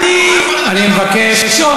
אני מסתכל לך בלבן של העיניים ואני אומר לך: תרצו להיות